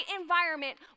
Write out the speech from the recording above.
environment